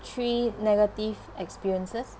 three negative experiences